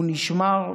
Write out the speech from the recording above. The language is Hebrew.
הוא נשמר,